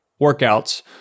workouts